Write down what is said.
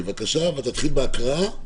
ננסה להתמקד בנושאים העיקריים.